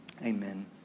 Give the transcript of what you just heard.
Amen